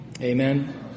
Amen